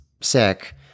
sick